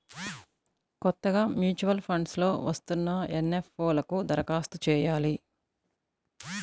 కొత్తగా mutual funds లో వస్తున్న ఎన్.ఎఫ్.ఓ లకు దరఖాస్తు చెయ్యాలి